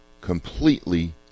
completely